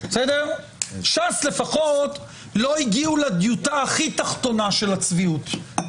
ש"ס לפחות לא הגיעו לדיוטה התחתונה ביותר של הצביעות,